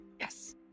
Yes